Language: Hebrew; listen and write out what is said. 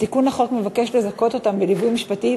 התיקון לחוק מבקש לזכות אותם בליווי משפטי,